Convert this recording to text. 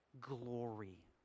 glory